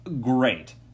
Great